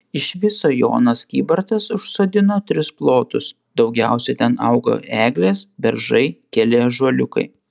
iš viso jonas kybartas užsodino tris plotus daugiausiai ten auga eglės beržai keli ąžuoliukai